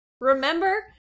remember